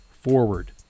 forward